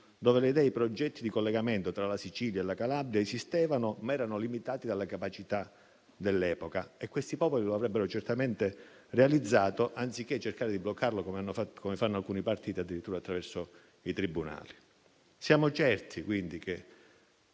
idee e i progetti di collegamento tra la Sicilia e la Calabria esistevano ma erano limitati dalla capacità dell'epoca, e quei popoli li avrebbero certamente realizzati, anziché cercare di bloccarli, come fanno alcuni partiti, addirittura attraverso i tribunali. Siamo certi, quindi, che